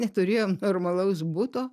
neturėjom normalaus buto